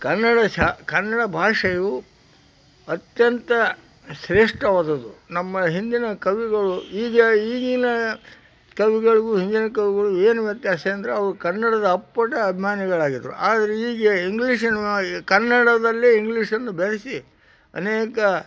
ಕನ್ನಡ ಶಾ ಕನ್ನಡ ಭಾಷೆಯು ಅತ್ಯಂತ ಶ್ರೇಷ್ಠವಾದದ್ದು ನಮ್ಮ ಹಿಂದಿನ ಕವಿಗಳು ಈಗ ಈಗಿನ ಕವಿಗಳಿಗೂ ಹಿಂದಿನ ಕವಿಗಳಿಗೂ ಏನು ವ್ಯತ್ಯಾಸ ಅಂದರೆ ಅವರು ಕನ್ನಡದ ಅಪ್ಪಟ ಅಭಿಮಾನಿಗಳಾಗಿದ್ರು ಆದರೆ ಈಗ ಇಂಗ್ಲೀಷಿನ ಕನ್ನಡದಲ್ಲೇ ಇಂಗ್ಲೀಷನ್ನು ಬೆರೆಸಿ ಅನೇಕ